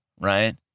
right